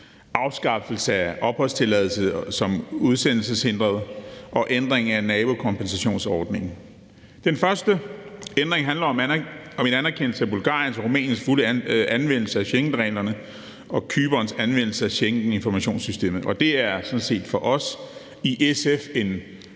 afskaffelse af opholdstilladelse som udsendelseshindret og ændring af nabokompensationsordningen. Den første ændring handler om en anerkendelse af Bulgariens og Rumæniens fulde anvendelse af Schengenreglerne og Cyperns anvendelse af Schengeninformationssystemet, og det er sådan set for os i SF en